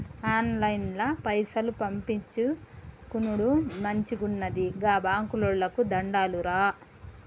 ఆన్లైన్ల పైసలు పంపిచ్చుకునుడు మంచిగున్నది, గా బాంకోళ్లకు దండాలురా